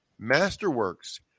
Masterworks